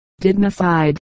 dignified